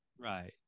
right